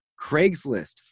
Craigslist